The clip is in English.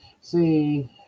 See